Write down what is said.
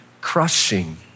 crushing